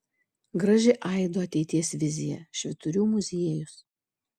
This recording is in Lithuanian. graži aido ateities vizija švyturių muziejus